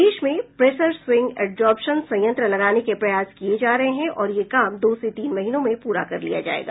देश में pressure swing adsorption संयंत्र लगाने को प्रयास किये जा रहे हैं और यह काम दो से तीन महीनों में प्ररा कर लिया जायेगा